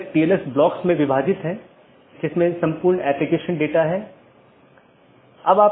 और यह बैकबोन क्षेत्र या बैकबोन राउटर इन संपूर्ण ऑटॉनमस सिस्टमों के बारे में जानकारी इकट्ठा करता है